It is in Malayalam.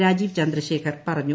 രാജീവ് ചന്ദ്രശേഖർ പറഞ്ഞു